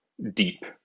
deep